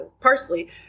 parsley